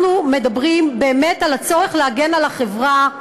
אנחנו מדברים באמת על הצורך להגן על החברה,